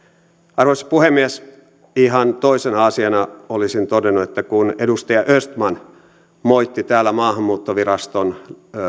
arvoisa puhemies ihan toisena asiana olisin todennut että kun edustaja östman moitti täällä maahanmuuttoviraston